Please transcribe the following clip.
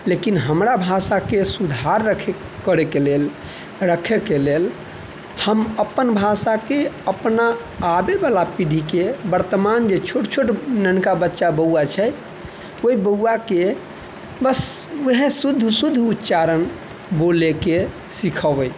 लेकिन हमरा भाषाके सुधार रखे करैके लेल रखैके लेल हम अपन भाषाके अपना आबैवला पीढ़ीके वर्तमान जे छोट छोट ननका बच्चा बौआ छै ओहि बौआके बस शुद्ध वएह शुद्ध उच्चारण बोलैके सिखेबै